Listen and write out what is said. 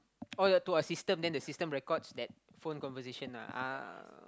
oh the to a system then the system records that phone conversation ah ah